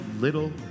little